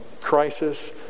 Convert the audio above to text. crisis